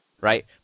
right